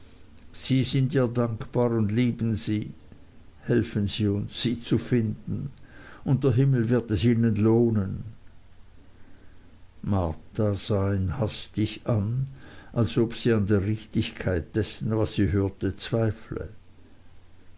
sie sind ihr dankbar und lieben sie helfen sie uns sie zu finden und der himmel wird es ihnen lohnen marta sah ihn hastig an als ob sie an der richtigkeit dessen was sie hörte zweifle